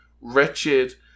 Wretched